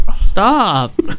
Stop